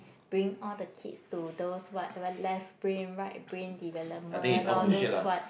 bringing all the kids to those what what left brain right brain development all those what